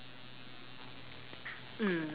mm